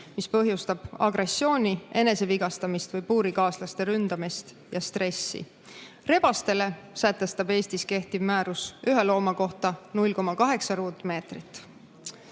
mis põhjustab agressiooni, enesevigastamist või puurikaaslaste ründamist ja stressi. Rebaste puhul sätestab Eestis kehtiv määrus ühe looma kohta 0,8 ruutmeetrit.